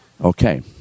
Okay